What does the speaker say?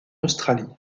australie